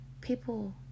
people